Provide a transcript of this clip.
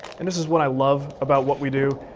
and this is what i love about what we do,